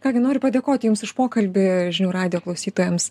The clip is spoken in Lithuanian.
ką gi noriu padėkoti jums už pokalbį žinių radijo klausytojams